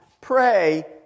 pray